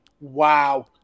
Wow